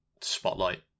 spotlight